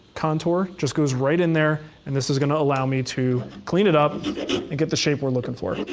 contour, just goes right in there, and this is going to allow me to clean it up and get the shape we're looking for.